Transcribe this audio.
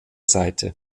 seite